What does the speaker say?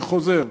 אני חוזר: